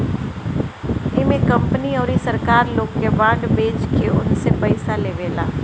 इमे कंपनी अउरी सरकार लोग के बांड बेच के उनसे पईसा लेवेला